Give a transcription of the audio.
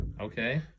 Okay